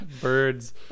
birds